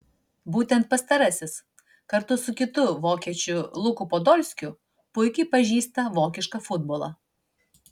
būtent pastarasis kartu su kitu vokiečiu luku podolskiu puikiai pažįsta vokišką futbolą